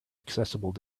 accessible